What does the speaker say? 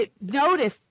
notice